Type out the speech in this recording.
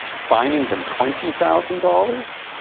fining them twenty thousand dollars?